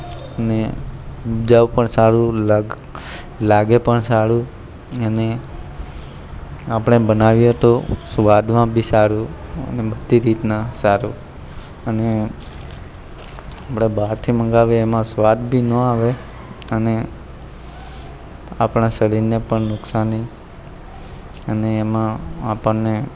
ને જાવ પણ સારું લાગે પણ સારું અને આપણે બનાવીએ તો સ્વાદમાં બી સારું અને બધી રીતના સારું અને આપણે બહારથી મંગાવીએ એમાં સ્વાદ બી ન આવે અને આપણા શરીર ને પણ નુકશાની અને એમાં આપણને